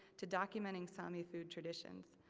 to documenting sami food traditions.